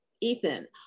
Ethan